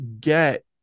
get